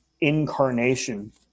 incarnation